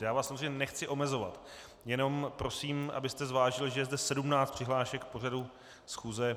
Já vás samozřejmě nechci omezovat, jenom prosím, abyste zvážil, že je zde 17 přihlášek k pořadu schůze.